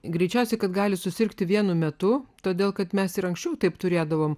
greičiausia kad gali susirgti vienu metu todėl kad mes ir anksčiau taip turėdavome